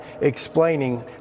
explaining